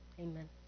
amen